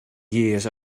years